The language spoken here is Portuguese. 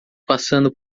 passando